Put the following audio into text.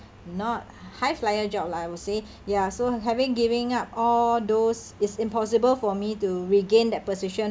not high flyer job lah I would say ya so having giving up all those is impossible for me to regain that position